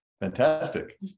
fantastic